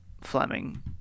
Fleming